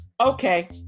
Okay